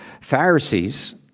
Pharisees